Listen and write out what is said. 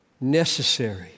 necessary